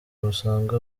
busanzwe